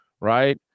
right